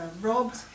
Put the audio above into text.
robbed